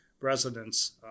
residents